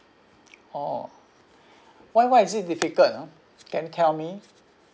oh why why is it difficult ah can you tell me